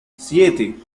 siete